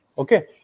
Okay